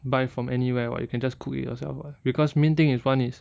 buy from anywhere [what] you can just cook it yourself [what] because main thing is one is